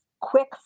quick